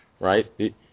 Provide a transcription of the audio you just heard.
Right